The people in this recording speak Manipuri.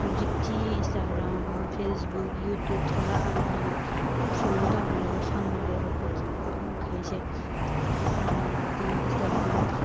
ꯍꯧꯖꯤꯛꯇꯤ ꯏꯟꯁꯇꯒ꯭ꯔꯥꯝ ꯐꯦꯁꯕꯨꯛ ꯌꯨꯇꯨꯕ ꯊꯣꯛꯂꯛꯑꯕꯅꯤꯅ ꯐꯣꯂꯣ ꯇꯧꯅꯔꯒ ꯐꯪꯅꯔꯦꯕ ꯄꯣꯠꯈꯩꯁꯦ ꯑꯗꯣ ꯍꯥꯟꯅꯗꯤ ꯏꯟꯁꯇꯒ꯭ꯔꯥꯝ